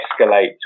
escalate